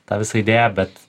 tą visą idėją bet